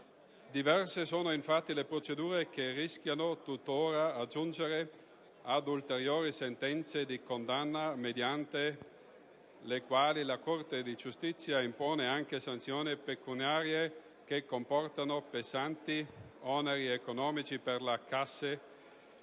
Diverse sono, infatti, le procedure che rischiano tuttora di aggiungersi ad ulteriori sentenze di condanna, mediante le quali la Corte di giustizia impone anche sanzioni pecuniarie, che comportano pesanti oneri economici per le casse